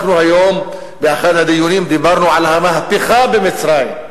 היום באחד הדיונים דיברנו על המהפכה במצרים,